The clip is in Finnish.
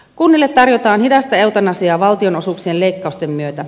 kunnille tarjotaan hidasta eutanasiaa valtionosuuksien leikkausten myötä